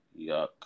yuck